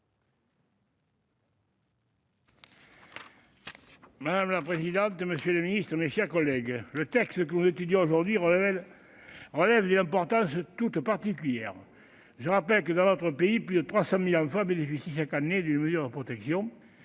Madame la présidente, monsieur le secrétaire d'État, mes chers collègues, le texte que nous examinons aujourd'hui revêt une importance toute particulière. Je rappelle que, dans notre pays, plus de 300 000 enfants bénéficient chaque année d'une mesure de protection